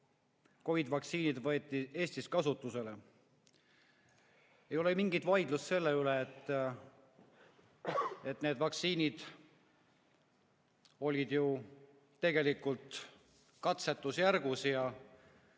COVID‑i vaktsiinid võeti Eestis kasutusele. Ei ole ju mingit vaidlust selle üle, et need vaktsiinid olid tegelikult katsetusjärgus ja